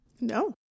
No